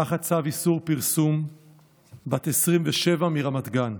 תחת צו איסור פרסום בת 27 מרמת גן,